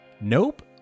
Nope